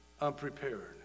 unprepared